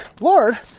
Lord